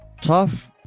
tough